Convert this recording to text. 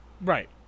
Right